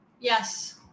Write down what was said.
Yes